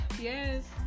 yes